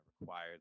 required